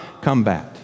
combat